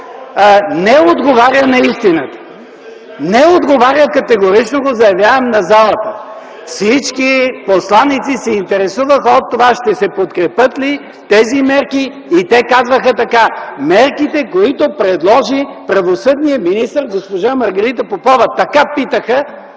не отговаря на истината. (Реплики от КБ.) Категорично заявявам, че не отговаря. Всички посланици се интересуваха от това ще се подкрепят ли тези мерки. Те казваха така: мерките, които предложи правосъдният министър госпожа Маргарита Попова. Така питаха